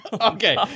Okay